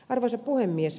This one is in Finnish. arvoisa puhemies